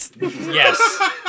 Yes